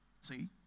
See